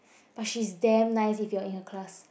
but she's damn nice if your in her class